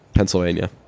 Pennsylvania